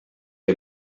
que